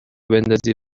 بندازی